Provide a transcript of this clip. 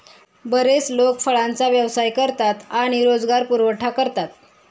बरेच लोक फळांचा व्यवसाय करतात आणि रोजगार पुरवठा करतात